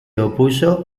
opuso